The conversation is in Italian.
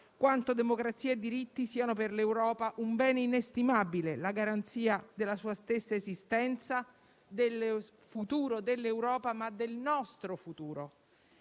quanto democrazia e diritti siano per l'Europa un bene inestimabile e la garanzia della sua stessa esistenza, del futuro dell'Europa e del nostro futuro.